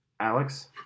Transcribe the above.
Alex